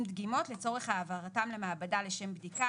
דגימות לצורך העברתן למעבדה לשם בדיקה,